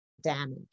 damage